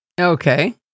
Okay